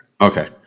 Okay